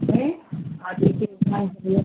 ഏഹ് ആ T C വാങ്ങിച്ച് തരും